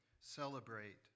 celebrate